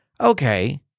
Okay